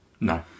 No